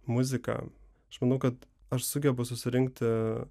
muzika aš manau kad aš sugebu susirinkti